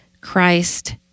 Christ